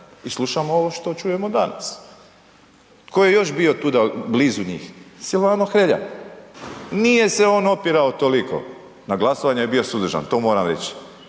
i slušamo ovo što čujemo danas. Tko je još bio tuda blizu njih? Silvano Hrelja. Nije se on opirao toliko, na glasovanju je bio suzdržan, to moram reć.